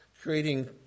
creating